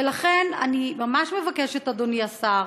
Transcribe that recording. ולכן אני ממש מבקשת, אדוני השר,